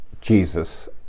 Jesus